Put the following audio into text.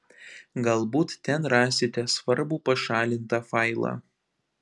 galbūt ten rasite svarbų pašalintą failą